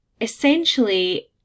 essentially